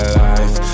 life